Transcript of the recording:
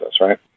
right